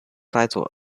title